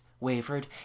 wavered